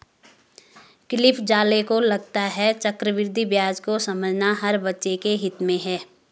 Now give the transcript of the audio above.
Cliff Zale को लगता है चक्रवृद्धि ब्याज को समझना हर बच्चे के हित में है